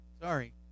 Sorry